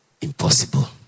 impossible